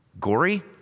gory